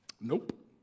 Nope